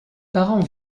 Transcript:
parents